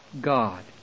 God